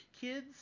kids